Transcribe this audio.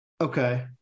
Okay